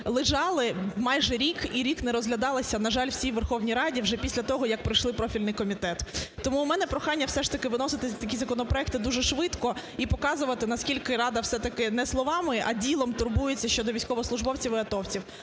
лежали майже рік і рік не розглядалися в цій Верховній Раді вже після того, як вже пройшли профільний комітет. Тому у мене прохання все ж таки виносити такі законопроекти дуже швидко і показувати, наскільки Рада все-таки не словами, а ділом турбується щодо військовослужбовців і атовців.